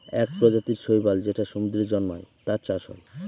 এক প্রজাতির শৈবাল যেটা সমুদ্রে জন্মায়, তার চাষ হয়